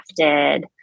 crafted